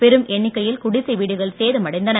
பெரும் எண்ணிக்கையில் குடிசை வீடுகள் சேதம் அடைந்தன